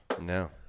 No